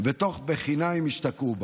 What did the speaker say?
ותוך בחינה אם השתקעו בה.